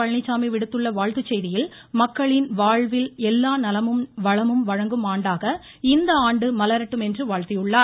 பழனிச்சாமி விடுத்துள்ள வாழ்த்துச் செய்தியில் மக்களின் வாழ்வில் எல்லா நலமும் வளமும் வழங்கும் ஆண்டாக இந்த ஆண்டு மலரட்டும் என்று வாழ்த்தியுள்ளார்